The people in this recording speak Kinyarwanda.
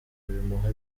bimuha